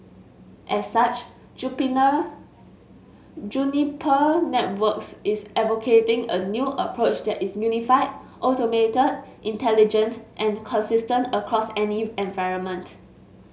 as such Juniper Networks is advocating a new approach that is unified automated intelligent and consistent across any environment